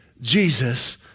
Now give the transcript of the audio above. Jesus